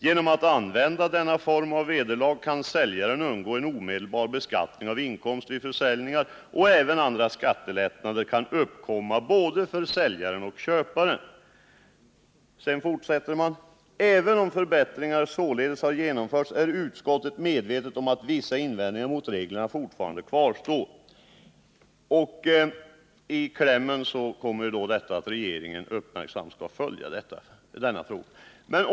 Genom att använda denna form av vederlag kan säljaren undgå en omedelbar beskattning av inkomst vid försäljningar, och även andra skattelättnader kan uppkomma både för säljaren och köparen.” Man fortsätter: ”Även om förbättringar således har genomförts är utskottet medvetet om att vissa invändningar mot reglerna fortfarande kvarstår.” I klämmen slutligen sägs att regeringen uppmärksamt skall följa denna fråga.